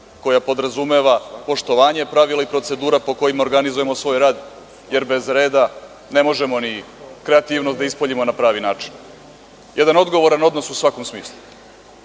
koja podrazumeva poštovanje pravila i procedura po kojima organizujemo svoj rad, jer bez reda ne možemo ni kreativnost da ispoljimo na pravi način. Jedan odgovoran odnos u svakom smislu,